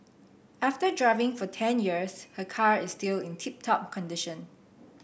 after driving for ten years her car is still in tip top condition